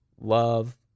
Love